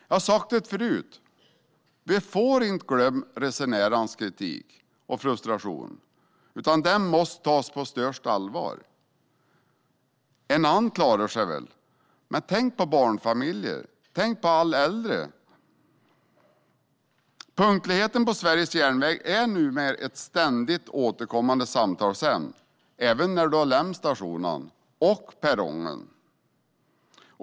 Jag har sagt det förut: Vi får inte glömma resenärernas kritik och frustration, utan den måste tas på största allvar. Jag klarar mig nog. Men tänk på barnfamiljer och alla äldre. Punktligheten på Sveriges järnvägar är numera ett ständigt återkommande samtalsämne, även när man har lämnat stationen och perrongen.